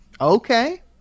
Okay